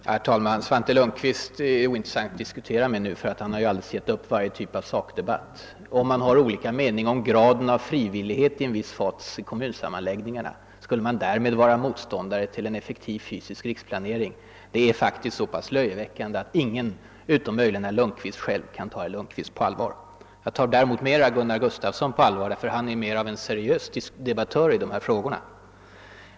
Herr talman! Svante Lundkvist är nu ointressant att diskutera med eftersom han har gett upp varje slag av sakdebatt. Om man har olika mening om graden av frivillighet i en viss fas av kommunsammanläggningarna skulle man därmed vara motståndare till en effektiv fysisk riksplanering! Det är faktiskt så pass löjeväckande, att ingen — utom möjligen han själv — kan ta herr Lundkvist på allvar. Herr Gustafsson i Uddevalla är då en mera seriös debattör i de här frågorna.